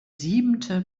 siebente